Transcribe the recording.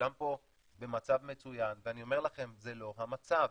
ושכולם פה במצב מצוין ואני אומר לכם שזה לא המצב.